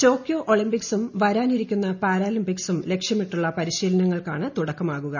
Tokyo ഒളിംപിക്സും വരാനിരിക്കുന്ന പാരലിംബിക്സും ലക്ഷ്യമിട്ടുള്ള പരിശീലനങ്ങൽക്കാണ് തുടക്കമാകുക